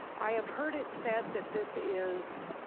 i have heard it said that this is